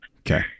Okay